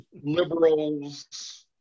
liberals